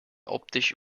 optisch